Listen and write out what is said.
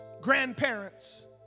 grandparents